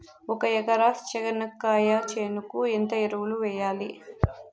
ఒక ఎకరా చెనక్కాయ చేనుకు ఎంత ఎరువులు వెయ్యాలి?